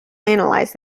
analyzed